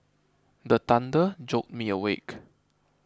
the thunder jolt me awake